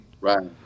Right